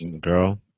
Girl